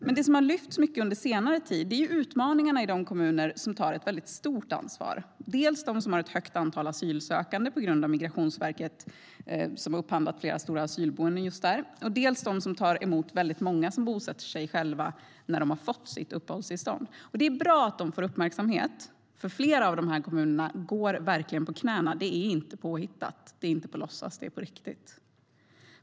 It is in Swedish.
Det som har lyfts fram mycket under senare tid är utmaningarna i de kommuner som tar ett väldigt stort ansvar. Det är dels de som har ett högt antal asylsökande på grund av att Migrationsverket upphandlat flera stora asylboenden just där, dels de som tar emot väldigt många som bosätter sig där själva när de väl fått sitt uppehållstillstånd. Det är bra att dessa kommuner får uppmärksamhet, för flera av dem går verkligen på knäna. Det är inte påhittat eller på låtsas, utan det är på riktigt.